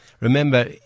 Remember